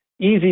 easy